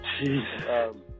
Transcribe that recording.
Jeez